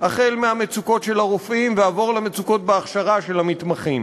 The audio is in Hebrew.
החל מהמצוקות של הרופאים ועבור למצוקות בהכשרה של המתמחים.